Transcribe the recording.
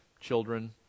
children